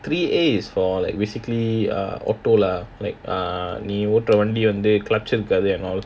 three A is for like basically err auto lah like err நீ ஓட்டுற வண்டி வந்து:nee ottura vandi vandhu clutch and all